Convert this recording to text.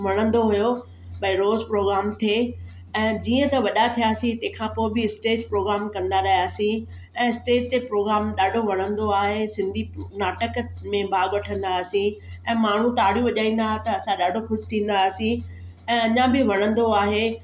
वणंदो हुओ भई रोज़ु प्रोग्राम थिए ऐं जीअं त वॾा थियासीं तंहिं खां पोइ बि स्टेज प्रोग्राम कंदा रहियासीं ऐं स्टेज ते प्रोग्राम ॾाढो वणंदो आहे सिंधी नाटक में भाॻु वठंदा हुआसीं ऐं माण्हू ताड़ियूं वॼाईंदा त असां ॾाढो ख़ुशि थींदा हुआसीं ऐं अञा बि वणंदो आहे